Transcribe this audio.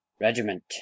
Regiment